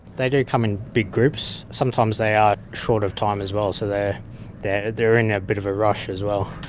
they do come in big groups. sometimes they are short of time as well, so they they are in a bit of a rush as well.